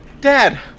dad